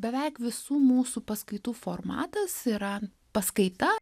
beveik visų mūsų paskaitų formatas yra paskaita